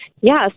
yes